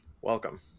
Welcome